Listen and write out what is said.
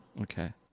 Okay